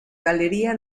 galería